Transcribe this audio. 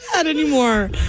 anymore